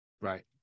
Right